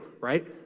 right